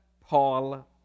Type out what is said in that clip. Paul